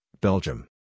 Belgium